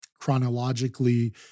chronologically